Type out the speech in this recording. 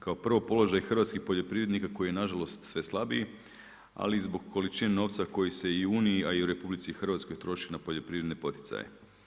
Kao prvo, položaj hrvatskih poljoprivrednika koji je nažalost sve slabiji ali i zbog količine novca koji se i u Uniji a i u RH troši na poljoprivredne poticaje.